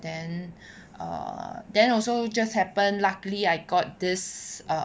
then err then also just happened luckily I got this